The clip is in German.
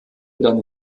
dann